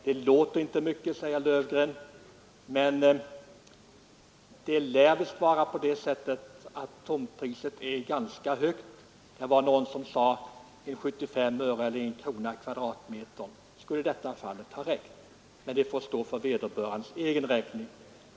Det låter inte så mycket, säger herr Löfgren om tomtpriset i det av mig relaterade fallet, men för den det gäller är det ganska högt. Någon har sagt att 75 öre eller 1 krona per m? skulle ha räckt i detta fall, men det får stå för vederbörandes egen räkning.